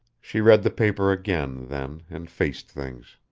she read the paper again, then, and faced things.